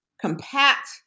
compact